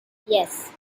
yes